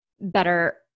better